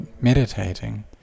meditating